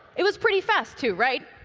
it was pretty fast too right?